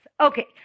Okay